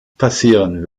passieren